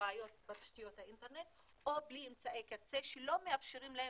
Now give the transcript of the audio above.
בעיות בתשתיות האינטרנט או בלי אמצעי קצה שלא מאפשרים להם